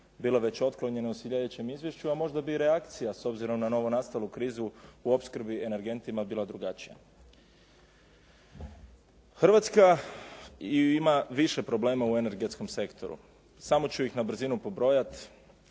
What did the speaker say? bila već otklonjena u sljedećem izvješću. A možda bi reakcija s obzirom na novo nastalu krizu u opskrbi energentima bila drugačija. Hrvatska ima više problema u energetskom sektoru. Samo ću ih na brzinu pobrojati.